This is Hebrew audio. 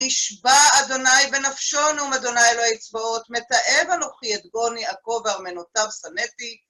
נשבע אדוני בנפשו נאם אדוני אלהי צבאות. מתאב אנכי את גאון יעקב וארמנתיו שנאתי.